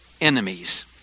enemies